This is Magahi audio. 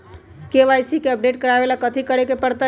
के.वाई.सी के अपडेट करवावेला कथि करें के परतई?